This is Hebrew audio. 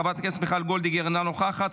חברת הכנסת מיכל וולדיגר, אינה נוכחת.